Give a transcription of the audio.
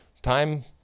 Time